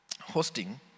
hosting